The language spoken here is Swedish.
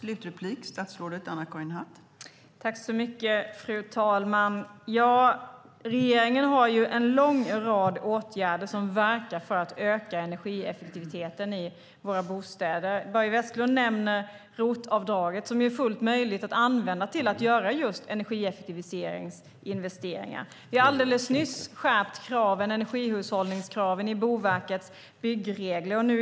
Fru talman! Regeringen har vidtagit en lång rad åtgärder som verkar för att öka energieffektiviteten i våra bostäder. Börje Vestlund nämner ROT-avdraget, som är fullt möjligt att använda till att göra energieffektiviseringsinvesteringar. Vi har alldeles nyss skärpt energihushållningskraven i Boverkets byggregler.